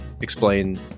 explain